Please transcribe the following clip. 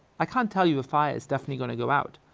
i can't tell you a fire is definitely gonna go out.